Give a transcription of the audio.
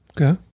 Okay